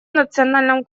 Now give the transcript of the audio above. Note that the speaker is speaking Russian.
национальном